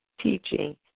teaching